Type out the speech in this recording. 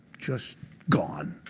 just gone.